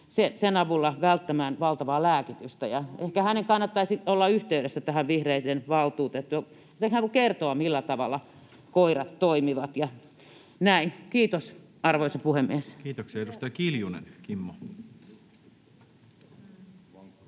sen avulla välttämään valtavaa lääkitystä. Ehkä edustaja Järvisen kannattaisi olla yhteydessä tähän vihreiden valtuutettuun, että tämä kertoisi, millä tavalla koirat toimivat ja näin. — Kiitos, arvoisa puhemies. Kiitoksia. — Edustaja Kiljunen,